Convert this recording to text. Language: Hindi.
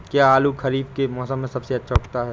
क्या आलू खरीफ के मौसम में सबसे अच्छा उगता है?